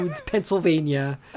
pennsylvania